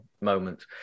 moment